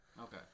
Okay